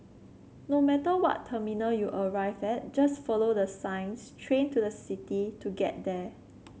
no matter what terminal you arrive at just follow the signs train to the city to get there